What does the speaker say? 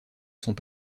sont